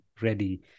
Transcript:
ready